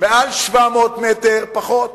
מעל 700 מטר, פחות,